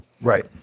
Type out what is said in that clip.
Right